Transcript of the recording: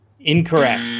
incorrect